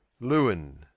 Lewin